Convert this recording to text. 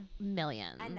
millions